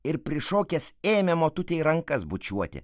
ir prišokęs ėmė motutei rankas bučiuoti